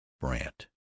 brant